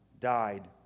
died